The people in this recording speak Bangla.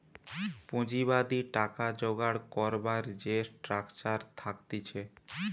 পুঁজিবাদী টাকা জোগাড় করবার যে স্ট্রাকচার থাকতিছে